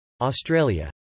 Australia